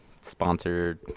sponsored